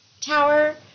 tower